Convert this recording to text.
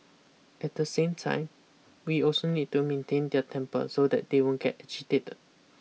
at the same time we also need to maintain their temper so that they won't get agitated